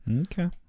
Okay